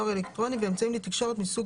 דואר אלקטרוני ואמצעים לתקשורת מסוג